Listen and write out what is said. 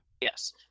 Yes